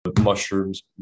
Mushrooms